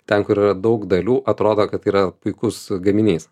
ten kur yra daug dalių atrodo kad tai yra puikus gaminys